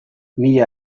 mila